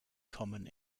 common